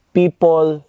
people